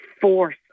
force